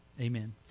Amen